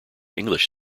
english